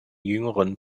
jüngeren